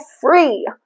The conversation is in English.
free